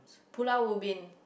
Pulau-Ubin